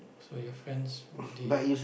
so your friends would they